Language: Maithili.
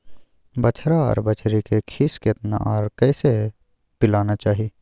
बछरा आर बछरी के खीस केतना आर कैसे पिलाना चाही?